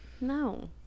no